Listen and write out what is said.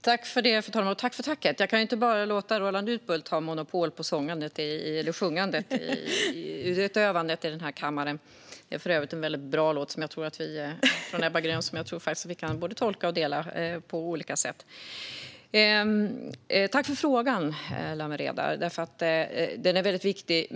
Fru talman! Tack för tacket, Lawen Redar! Jag kan ju inte låta Roland Utbult ha monopol på sjungandet i kammaren. För övrigt är det en mycket bra Ebba Grön-låt som jag tror att vi båda kan tolka och dela på olika sätt. Tack för frågan, Lawen Redar! Den är viktig.